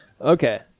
Okay